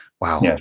Wow